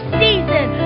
season